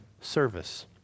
service